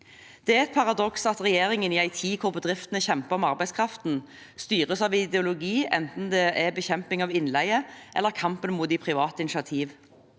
Det er et paradoks at regjeringen, i en tid da bedriftene kjemper om arbeidskraften, styres av ideologi, enten det er bekjemping av innleie eller kamp mot private initiativ.